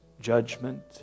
judgment